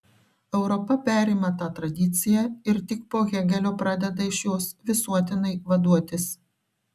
europa perima tą tradiciją ir tik po hėgelio pradeda iš jos visuotinai vaduotis